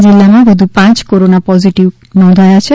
પાટણ જીલ્લામાં વધુ પાંચ કોરોના પોઝીટીવ નોંધાયા છે